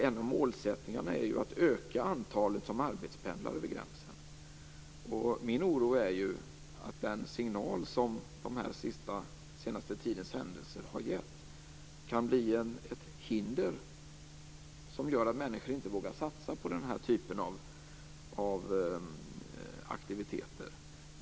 En av målsättningarna är att öka antalet människor som arbetspendlar över gränsen. Jag är orolig för att den signal som den senaste tidens händelser har givit kan bli ett hinder som gör att människor inte vågar satsa på denna typ av aktiviteter.